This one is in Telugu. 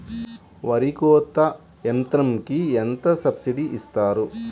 వరి కోత యంత్రంకి ఎంత సబ్సిడీ ఇస్తారు?